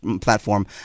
platform